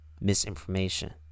misinformation